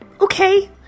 Okay